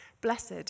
Blessed